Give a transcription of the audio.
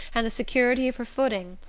and the security of her footing,